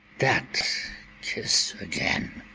that kiss again